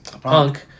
Punk